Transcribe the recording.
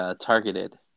targeted